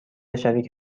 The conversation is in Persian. شریک